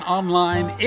online